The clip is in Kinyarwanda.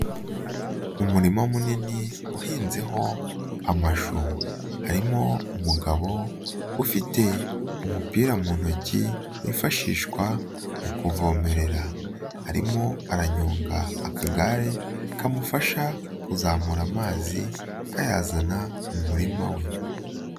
Umurima munini uhinzeho amashu harimo umugabo ufite umupira mu ntoki wifashishwa mu kuvomerera arimo aranyonga akagare kamufasha kuzamura amazi kayazana mu murima we.